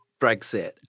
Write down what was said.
Brexit